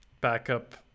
backup